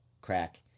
crack